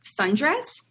sundress